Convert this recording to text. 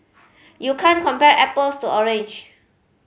you can't compare apples to orange